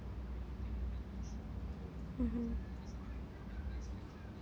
mmhmm